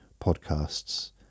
podcasts